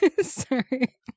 sorry